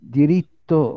diritto